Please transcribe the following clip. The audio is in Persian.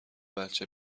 بچه